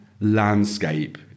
landscape